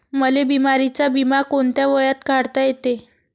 मले बिमारीचा बिमा कोंत्या वयात काढता येते?